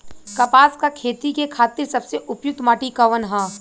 कपास क खेती के खातिर सबसे उपयुक्त माटी कवन ह?